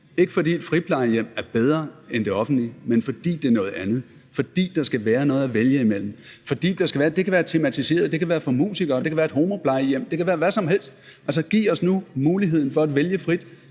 ikke fordi et friplejehjem er bedre end de offentlige, men fordi det er noget andet, og fordi der skal være noget at vælge mellem. Det kan være tematiseret. Det kan være for musikere, det kan være et homoplejehjem, det kan være hvad som helst. Altså, giv os nu muligheden for at vælge frit.